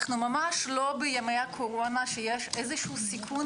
אנחנו לא בימי הקורונה שיש סיכון